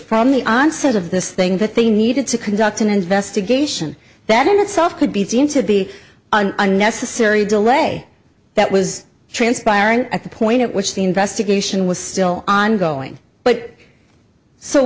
from the onset of this thing that they needed to conduct an investigation that in itself could be deemed to be an unnecessary delay that was transpiring at the point at which the investigation was still ongoing but so